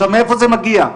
עכשיו מאיפה זה מגיע,